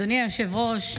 אדוני היושב-ראש,